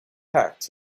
packed